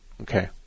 okay